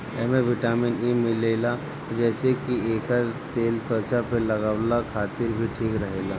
एमे vitamin E मिलेला जेसे की एकर तेल त्वचा पे लगवला खातिर भी ठीक रहेला